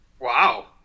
Wow